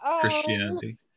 christianity